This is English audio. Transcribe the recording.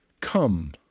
Come